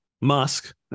Musk